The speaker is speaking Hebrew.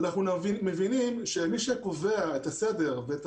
אנחנו מבינים שמי שקובע את הסדר ואת